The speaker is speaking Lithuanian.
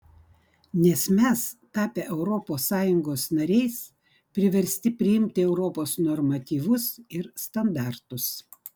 nes mes tapę europos sąjungos nariais priversti priimti europos normatyvus ir standartus